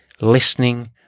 listening